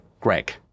greg